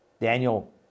Daniel